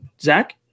Zach